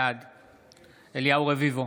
בעד אליהו רביבו,